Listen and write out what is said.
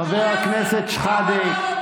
חבר הכנסת שחאדה,